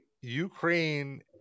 Ukraine